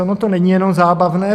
Ono to není jenom zábavné.